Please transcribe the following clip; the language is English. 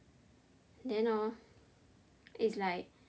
then hor it's like